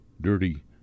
dirty